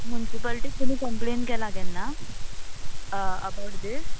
मुन्सिपाल्टीक तुमी कंम्पेंट केला केन्ना अबावट दीस